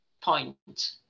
point